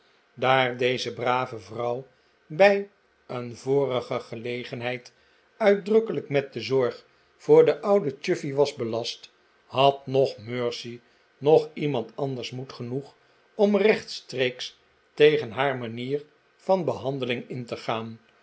daar deze brave vrouw bij een vorige gelegenheid uitdrukkelijk met de zorg voor den ouden chuffey was belast had noch mercy noch iemand anders moed genoeg om rechtstreeks tegen haar manier van behandeling in te gaan